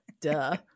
Duh